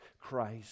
Christ